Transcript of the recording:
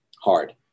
hard